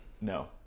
No